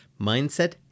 mindset